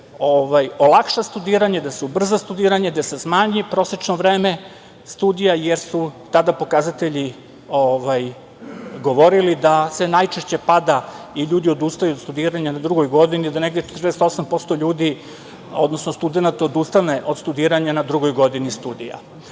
da se olakša studiranje, da se ubrza studiranje, da se smanji prosečno vreme studija, jer su tada pokazatelji govorili da se najčešće pada i ljudi odustaju od studiranja na drugoj godini, da negde 48% ljudi, odnosno studenata odustane od studiranja na drugoj godini studija. Zaista